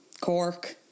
Cork